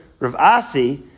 Ravasi